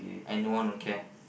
and no one would care